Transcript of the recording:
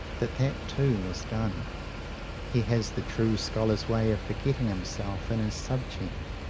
that that too was done he has the true scholar's way of forgetting himself in his subject.